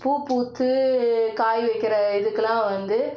பூ பூத்து காய் வைக்கிற இதுக்கெல்லாம் வந்து